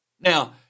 Now